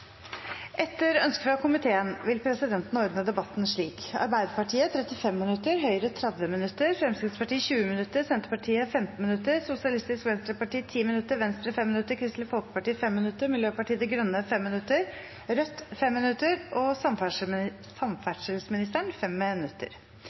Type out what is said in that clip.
Etter ønske fra transport- og kommunikasjonskomiteen vil presidenten ordne debatten slik: Arbeiderpartiet 35 minutter, Høyre 30 minutter, Fremskrittspartiet 20 minutter, Senterpartiet 15 minutter, Sosialistisk Venstreparti 10 minutter, Venstre 5 minutter, Kristelig Folkeparti 5 minutter, Miljøpartiet De Grønne 5 minutter, Rødt 5 minutter og